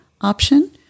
option